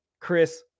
Chris